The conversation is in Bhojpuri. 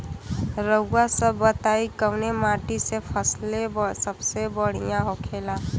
रउआ सभ बताई कवने माटी में फसले सबसे बढ़ियां होखेला?